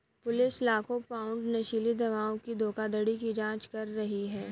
police लाखों pound नशीली दवाओं की धोखाधड़ी की जांच कर रही है